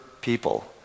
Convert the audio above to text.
people